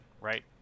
right